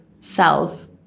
self